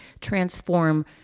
transform